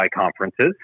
conferences